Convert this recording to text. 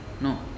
No